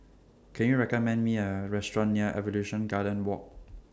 Can YOU recommend Me A Restaurant near Evolution Garden Walk